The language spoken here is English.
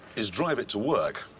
is drive it to work.